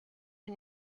are